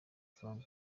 trump